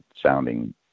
sounding